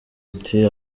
iti